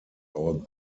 all